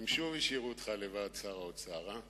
הם שוב השאירו אותך לבד, שר האוצר, הא?